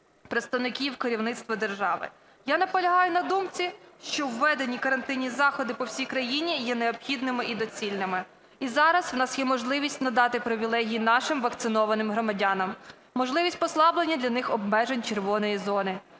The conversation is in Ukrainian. представників керівництва держави. Я наполягаю на думці, що введені карантинні заходи по всій країні є необхідними і доцільними. І зараз в нас є можливість надати привілеї нашим вакцинованим громадянам, можливість послаблення для них обмежень "червоної" зони.